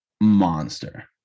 monster